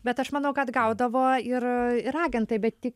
bet aš manau kad gaudavo ir ir agentai bet tik